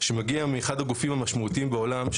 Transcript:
שמגיע מאחד הגופים המשמעותיים בעולם,